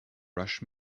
rush